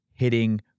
hitting